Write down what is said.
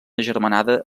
agermanada